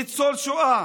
ניצול שואה